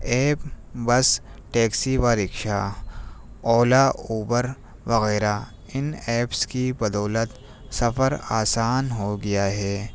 app bus taxi و rickshaw Ola Uber وغیرہ ان ایپس کی بدولت سفر آسان ہو گیا ہے